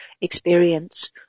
experience